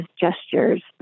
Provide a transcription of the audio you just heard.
gestures